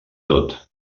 tot